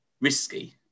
risky